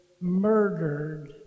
murdered